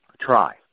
Try